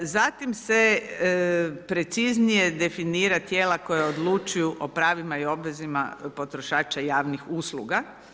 Zatim se preciznije definira tijela koja odlučuju o pravima i obvezama potrošača javnih usluga.